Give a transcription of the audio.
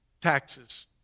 Taxes